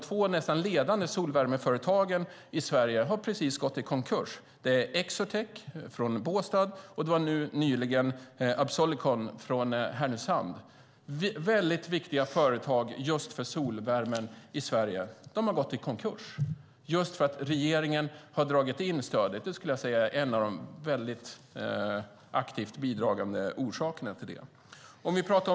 Två nästan ledande solvärmeföretag i Sverige har precis gått i konkurs: Exotech i Båstad och nyligen Absolicon i Härnösand. Det var väldigt viktiga företag för solvärmen i Sverige. Att regeringen dragit in stödet skulle jag säga är en väldigt aktivt bidragande orsak till att de gått i konkurs.